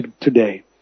today